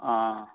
অ'